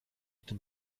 tym